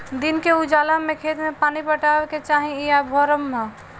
दिन के उजाला में खेत में पानी पटावे के चाही इ भ्रम ह